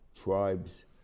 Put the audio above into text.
tribes